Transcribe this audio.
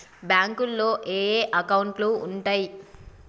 బ్యాంకులో ఏయే అకౌంట్లు ఉంటయ్?